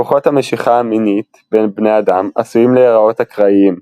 כוחות המשיכה המינית בין בני אדם עשויים להיראות אקראיים,